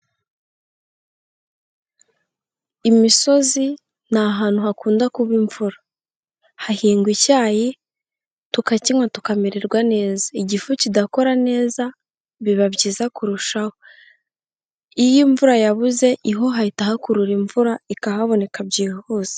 Imisozi ni ahantu hakunda kuba imvura, hahingwa icyayi, tukakinywa tukamererwa neza, igifu kidakora neza biba byiza kurushaho, iyo imvura yabuze ho hahita hakurura imvura ikahaboneka byihuse.